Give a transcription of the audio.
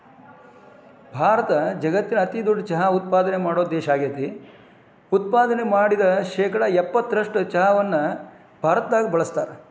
ಭಾರತ ಜಗತ್ತಿನ ಅತಿದೊಡ್ಡ ಚಹಾ ಉತ್ಪಾದನೆ ಮಾಡೋ ದೇಶ ಆಗೇತಿ, ಉತ್ಪಾದನೆ ಮಾಡಿದ ಶೇಕಡಾ ಎಪ್ಪತ್ತರಷ್ಟು ಚಹಾವನ್ನ ಭಾರತದಾಗ ಬಳಸ್ತಾರ